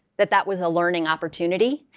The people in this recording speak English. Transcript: that that was a learning opportunity.